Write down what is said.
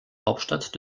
hauptstadt